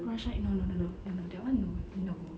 no no no no that one no